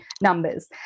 numbers